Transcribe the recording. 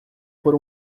por